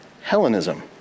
Hellenism